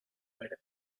verdes